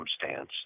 circumstance